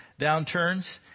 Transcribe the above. downturns